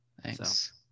thanks